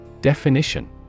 Definition